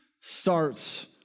starts